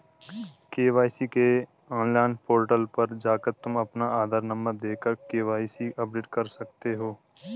KYC के online portal पर जाकर तुम अपना आधार नंबर देकर के.वाय.सी अपडेट कर सकते हो